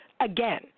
again